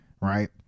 right